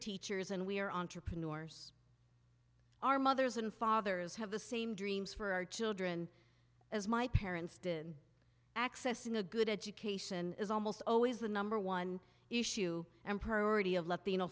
teachers and we are entrepreneurs our mothers and fathers have the same dreams for our children as my parents did access in a good education is almost always the number one issue emperor already of latino